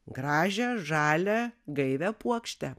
gražią žalią gaivią puokštę